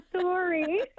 sorry